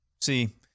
see